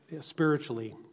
spiritually